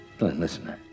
Listen